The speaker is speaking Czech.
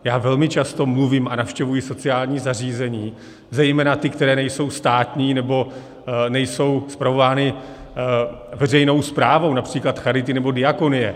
Já velmi často mluvím a navštěvuji sociální zařízení, zejména ta, která nejsou státní nebo nejsou spravována veřejnou správou, například charity nebo diakonie.